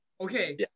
Okay